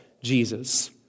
Jesus